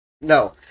No